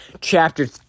chapter